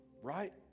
Right